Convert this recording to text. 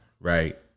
right